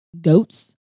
goats